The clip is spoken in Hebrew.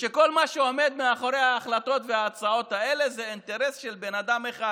ושכל מה שעומד מאחורי ההחלטות וההצעות האלה זה אינטרס של בן אדם אחד,